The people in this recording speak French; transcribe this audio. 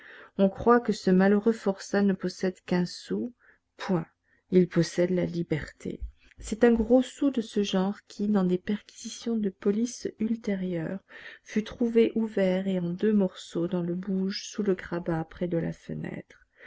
on croit que ce malheureux forçat ne possède qu'un sou point il possède la liberté c'est un gros sou de ce genre qui dans des perquisitions de police ultérieures fut trouvé ouvert et en deux morceaux dans le bouge sous le grabat près de la fenêtre